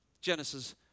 Genesis